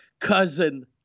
cousin